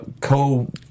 co